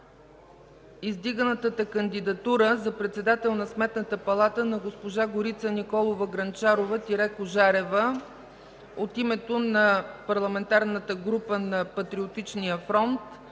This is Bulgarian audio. издигнатата кандидатура за председател на Сметната палата на госпожа Горица Николова Грънчарова-Кожарева от името на Парламентарната група на Патриотичния фронт